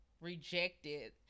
rejected